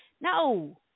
no